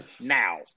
now